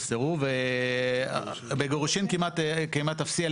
בגירושים כמעט אפסי.